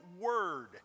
word